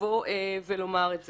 לבוא ולומר את זה.